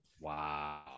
Wow